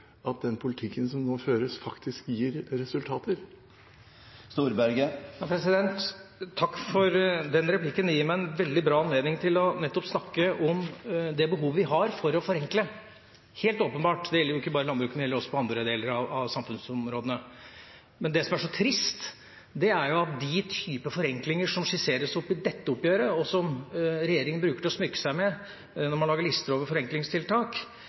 at den politikken som nå føres, faktisk gir resultater? Takk for den replikken. Det gir meg en veldig bra anledning til å snakke om nettopp det behovet vi har for å forenkle – helt åpenbart. Det gjelder jo ikke bare landbruket, det gjelder også andre samfunnsområder. Men det som er så trist, er at den typen forenklinger som skisseres i dette oppgjøret, og som regjeringen bruker til å smykke seg med når man lager lister over forenklingstiltak,